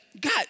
God